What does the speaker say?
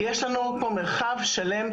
יש לנו פה מרחב שלם,